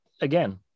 again